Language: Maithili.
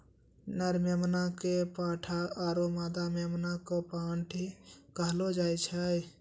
नर मेमना कॅ पाठा आरो मादा मेमना कॅ पांठी कहलो जाय छै